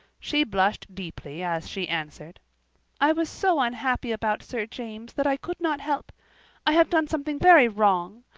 she blushed deeply as she answered i was so unhappy about sir james that i could not help i have done something very wrong,